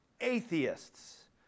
atheists